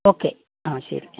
okay ആ ശരി